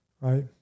right